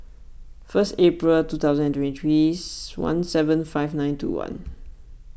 first April two thousand and twenty three one seven five nine two one